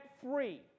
free